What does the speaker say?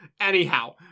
Anyhow